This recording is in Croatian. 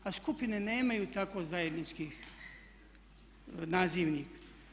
A skupine nemaju tako zajednički nazivnik.